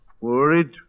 Worried